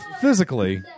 physically